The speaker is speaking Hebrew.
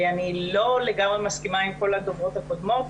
אני לא לגמרי מסכימה עם כל הדוברות הקודמות.